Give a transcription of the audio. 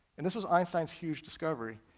and this was einstein's huge discovery.